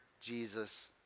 Jesus